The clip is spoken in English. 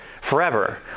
forever